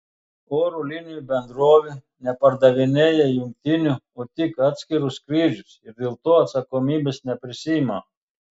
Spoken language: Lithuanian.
oro linijų bendrovė nepardavinėja jungtinių o tik atskirus skrydžius ir dėl to atsakomybės neprisiima